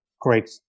great